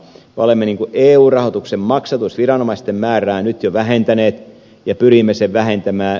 me olemme eu rahoituksen maksatusviranomaisten määrää nyt jo vähentäneet ja pyrimme sitä vähentämään